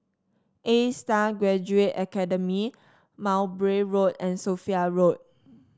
A Star Graduate Academy Mowbray Road and Sophia Road